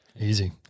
Easy